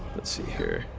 let's see here,